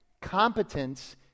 Competence